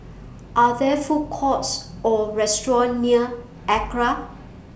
Are There Food Courts Or restaurants near Acra